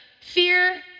fear